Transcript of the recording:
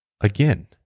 again